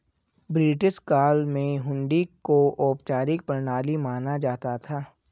British काल में हुंडी को औपचारिक प्रणाली माना जाता था